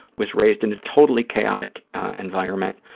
was raised in a totally chaotic environment,